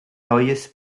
neues